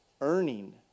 earning